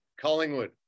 Collingwood